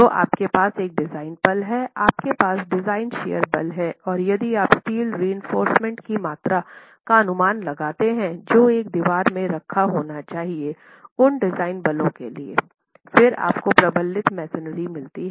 तो आपके पास एक डिज़ाइन पल है आपके पास डिजाइन शियर बल है और यदि आप स्टील रएंफोर्रसमेंट की मात्रा का अनुमान लगाते हैं जो एक दीवार में रखा होना चाहिए उन डिजाइन बलों के लिए फिर आपको प्रबलित मैसनरी मिलती है